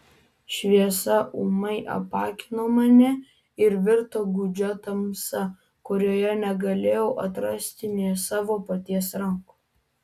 šviesa ūmai apakino mane ir virto gūdžia tamsa kurioje negalėjau atrasti nė savo paties rankų